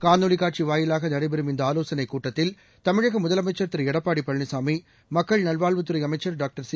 காணொலி காட்சி வாயிலாக நடைபெறும் இந்த ஆலோசனைக் கூட்டத்தில் தமிழக முதலமைச்ச் திரு எடப்பாடி பழனிசாமி மக்கள் நல்வாழ்வுத்துறை அமைச்சர் டாக்டர் சி